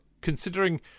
considering